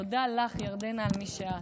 תודה לך, ירדנה, על מי שאת.